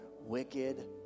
wicked